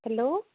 hello